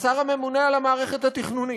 השר הממונה על המערכת התכנונית,